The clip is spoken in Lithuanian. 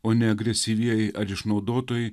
o ne agresyvieji ar išnaudotojai